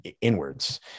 inwards